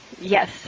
Yes